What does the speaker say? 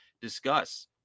discuss